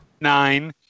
Nine